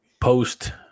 post